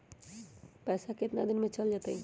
पैसा कितना दिन में चल जतई?